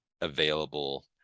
available